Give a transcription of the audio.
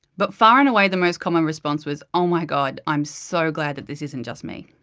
but, far and away the most common response was oh my god, i'm so glad that this isn't just me'.